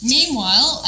Meanwhile